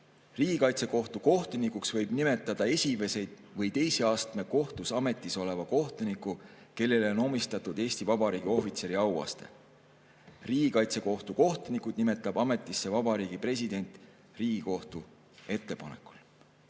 Riigikaitsekohtu kohtunikuks võib nimetada esimese või teise astme kohtus ametis oleva kohtuniku, kellele on omistatud Eesti Vabariigi ohvitseri auaste. Riigikaitsekohtu kohtunikud nimetab ametisse Vabariigi President Riigikohtu ettepanekul.